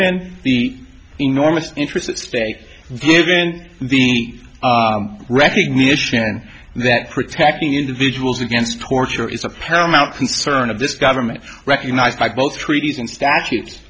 en the enormous interests at stake given the recognition that protecting individuals against torture is a paramount concern of this government recognized by both treaties and statutes